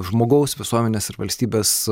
žmogaus visuomenės ir valstybės